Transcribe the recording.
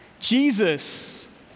Jesus